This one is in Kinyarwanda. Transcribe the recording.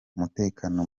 umutekano